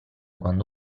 quando